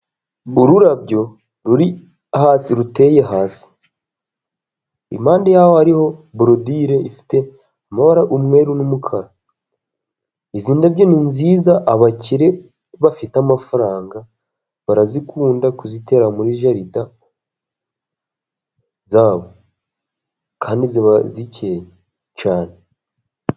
Ururabyo ruri hasi ruteye hasi, iruhande rwarwo hariho borodire ifite amabara y'umweru n'umukara, izi ndabyo ni nziza, abakire bafite amafaranga bakunda kuzitera muri jaride zabo kandi ziba zikeye cyane.